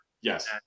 Yes